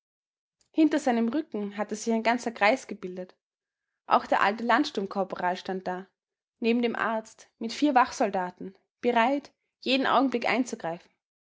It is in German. hinter seinem rücken hatte sich ein ganzer kreis gebildet auch der alte landsturmkorporal stand da neben dem arzt mit vier wachsoldaten bereit jeden augenblick einzugreifen